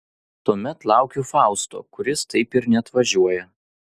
tuomet laukiu fausto kuris taip ir neatvažiuoja